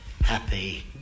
happy